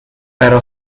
era